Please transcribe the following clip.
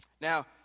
Now